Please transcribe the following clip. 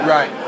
Right